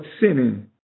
sinning